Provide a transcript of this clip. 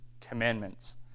commandments